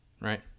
right